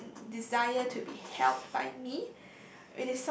and desire to be held by me